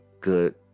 good